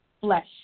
Flesh